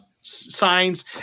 signs